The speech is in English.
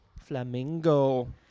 Flamingo